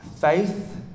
Faith